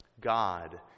God